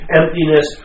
emptiness